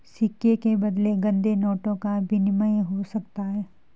सिक्के के बदले गंदे नोटों का विनिमय हो सकता है